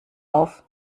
auf